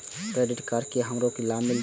Credit card से हमरो की लाभ मिलते?